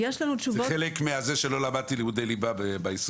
זה חלק מזה שלא למדתי לימודי ליבה ביסודי.